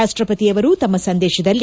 ರಾಷ್ಟಪತಿಯವರು ತಮ್ಮ ಸಂದೇಶದಲ್ಲಿ